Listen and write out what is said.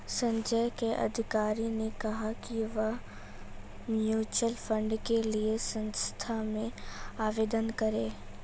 संजय के अधिकारी ने कहा कि वह म्यूच्यूअल फंड के लिए संस्था में आवेदन करें